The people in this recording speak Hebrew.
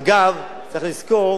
אגב, צריך לזכור